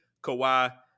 Kawhi